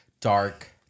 dark